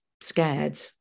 scared